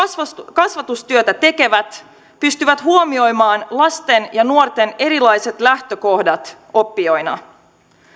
kasvatustyötä tekevät pystyvät huomioimaan lasten ja nuorten erilaiset lähtökohdat oppijoina